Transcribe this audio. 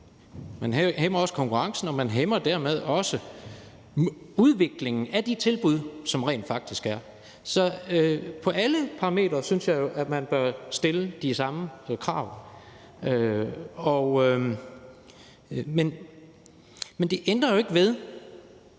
hæmmer man jo konkurrencen, og man hæmmer dermed også udviklingen af de tilbud, som der rent faktisk er. Så på alle parametre synes jeg, at man bør stille de samme krav. Men det ændrer jo ikke ved,